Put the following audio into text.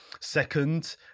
second